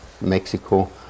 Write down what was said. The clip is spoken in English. Mexico